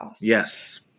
Yes